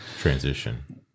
transition